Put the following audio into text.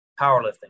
powerlifting